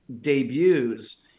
debuts